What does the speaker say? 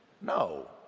No